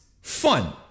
fun